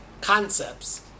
concepts